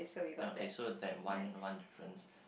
now kay so that one one difference